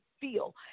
feel